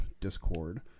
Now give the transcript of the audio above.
Discord